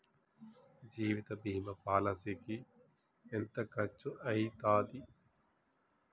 జీవిత బీమా పాలసీకి ఎంత ఖర్చయితది?